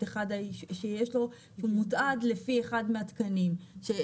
מתועד לפי אחד מהתקנים,